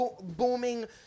booming